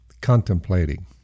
contemplating